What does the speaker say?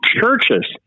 churches